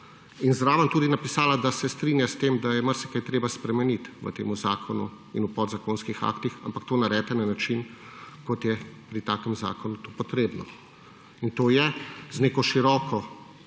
in zraven tudi napisala, da se strinja s tem, da je marsikaj treba spremeniti v tem zakonu in v podzakonskih aktih, ampak to naredite na način, kot je pri takem zakonu treba, in to je z neko široko